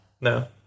No